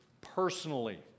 personally